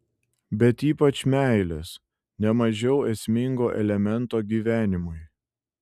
bet ypač meilės ne mažiau esmingo elemento gyvenimui